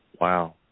Wow